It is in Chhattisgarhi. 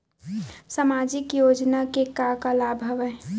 सामाजिक योजना के का का लाभ हवय?